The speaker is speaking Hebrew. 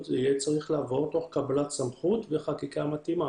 זה יהיה צריך לעבור תוך קבלת סמכות וחקיקה מתאימה.